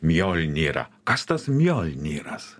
mjolnirą kas tas mjolniras